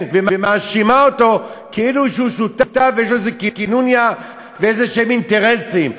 ומאשימה אותו כאילו הוא שותף ויש איזו קנוניה ואינטרסים כלשהם.